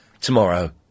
Tomorrow